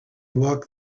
walk